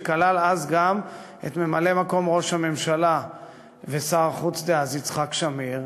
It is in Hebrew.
שכלל גם את ממלא-מקום ראש הממשלה ושר החוץ דאז יצחק שמיר,